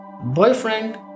boyfriend